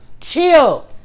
chill